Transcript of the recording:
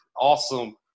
awesome